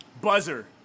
Buzzer